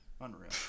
Unreal